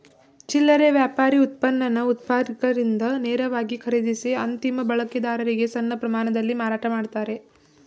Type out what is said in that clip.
ಚಿಲ್ಲರೆ ವ್ಯಾಪಾರಿ ಉತ್ಪನ್ನನ ಉತ್ಪಾದಕರಿಂದ ನೇರವಾಗಿ ಖರೀದಿಸಿ ಅಂತಿಮ ಬಳಕೆದಾರರಿಗೆ ಸಣ್ಣ ಪ್ರಮಾಣದಲ್ಲಿ ಮಾರಾಟ ಮಾಡ್ತಾರೆ